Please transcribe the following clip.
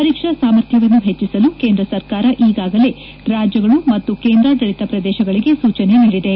ಪರೀಕ್ಷಾ ಸಾಮರ್ಥ್ಯವನ್ನು ಹೆಚ್ಚಿಸಲು ಕೇಂದ್ರ ಸರ್ಕಾರ ಈಗಾಗಲೇ ರಾಜ್ಯಗಳು ಮತ್ತು ಕೇಂದ್ರಾಡಳಿತ ಪ್ರದೇಶಗಳಿಗೆ ಸೂಚನೆ ನೀಡಿದೆ